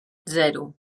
zero